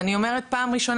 אני אומרת את זה פעם ראשונה,